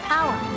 Power